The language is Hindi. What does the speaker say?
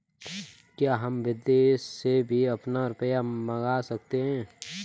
क्या हम विदेश से भी अपना रुपया मंगा सकते हैं?